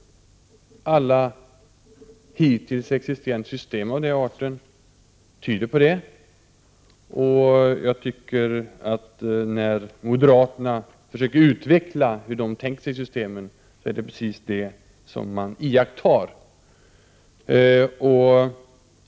Alla hittills existerande system av den här arten tyder på att det är så, och jag tycker att när moderaterna försöker utveckla hur de tänkt sig systemen, bekräftas bara att det förhåller sig på det här sättet.